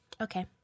Okay